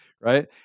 right